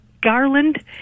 Garland